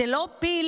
זה לא פיל,